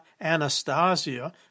Anastasia